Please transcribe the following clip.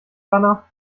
banner